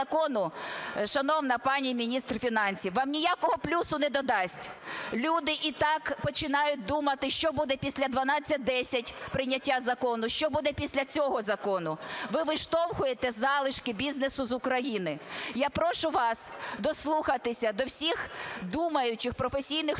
шановна пані міністр фінансів, вам ніякого плюсу не додасть. Люди і так починають думати, що буде після 1210, прийняття закону, що буде після цього закону. Ви виштовхуєте залишки бізнесу з України. Я прошу вас дослухатися до всіх думаючих професійних людей,